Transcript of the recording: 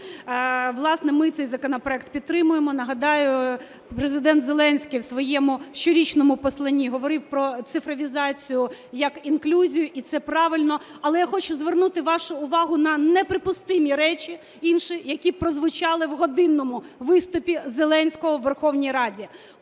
Власне, ми цей законопроект підтримуємо. Нагадаю, Президент Зеленський у своєму щорічному посланні говорив про цифровізацію як інклюзію, і це правильно. Але я хочу звернути вашу увагу на неприпустимі речі інші, які прозвучали в годинному виступі Зеленського у Верховній Раді,